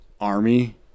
army